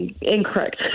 Incorrect